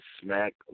Smack